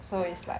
ya